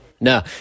No